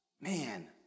Man